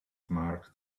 marked